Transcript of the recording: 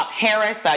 Harris